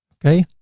okay.